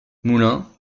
moulin